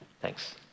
Thanks